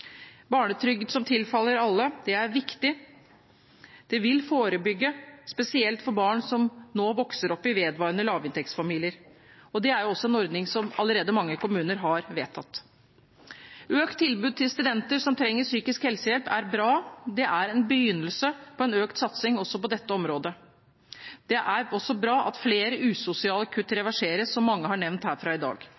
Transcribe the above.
Barnetrygd som tilfaller alle, er viktig. Det vil forebygge, spesielt for barn som nå vokser opp i vedvarende lavinntektsfamilier, og det er også en ordning som mange kommuner allerede har vedtatt. Økt tilbud til studenter som trenger psykisk helsehjelp, er bra. Det er en begynnelse på en økt satsing også på dette området. Det er også bra at flere usosiale kutt